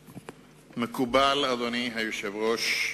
מקובל, אדוני היושב-ראש,